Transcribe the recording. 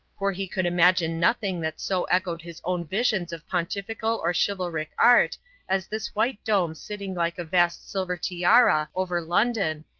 for he could imagine nothing that so echoed his own visions of pontifical or chivalric art as this white dome sitting like a vast silver tiara over london,